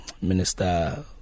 Minister